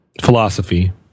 philosophy